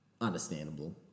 Understandable